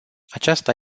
aceasta